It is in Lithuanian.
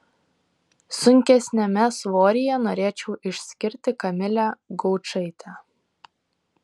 sunkesniame svoryje norėčiau išskirti kamilę gaučaitę